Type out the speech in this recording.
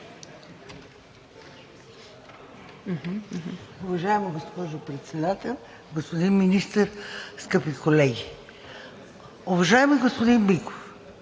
Уважаема госпожо Председател, господин Министър, скъпи колеги! Уважаеми господин Биков,